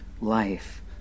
life